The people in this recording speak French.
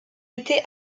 été